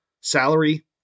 salary